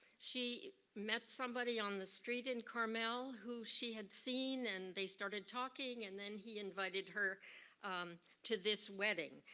she met somebody on the street in carmel, who she had seen and they started talking, and then he invited her to this wedding.